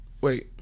wait